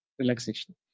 relaxation